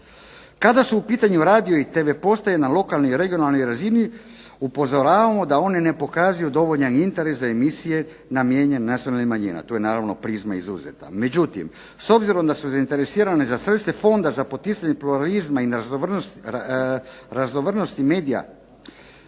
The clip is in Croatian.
Kada su u pitanju radio i tv postaje na lokalnoj i regionalnoj razini upozoravamo da one ne pokazuju dovoljan interes za emisije namijenjene nacionalnim manjinama. Tu je naravno "Prizma" izuzeta. Međutim, s obzirom da su zainteresirane za sve vrste fonda za poticanje pluralizma i raznovrsnosti medija